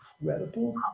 incredible